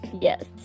Yes